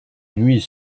nuit